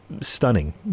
stunning